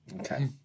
Okay